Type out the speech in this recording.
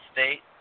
State